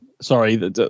sorry